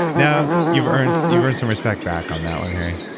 now you've earned so you've earned some respect back on that one harry